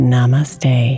Namaste